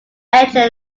engine